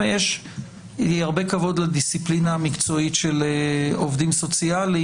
יש לי הרבה כבוד לדיסציפלינה המקצועית של עובדים סוציאליים